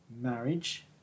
marriage